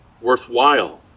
worthwhile